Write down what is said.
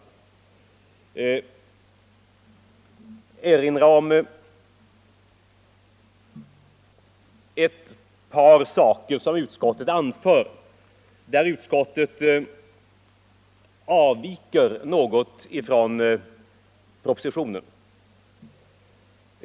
Det gäller ett par punkter där utskottets förslag avviker något från propositionens.